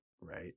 right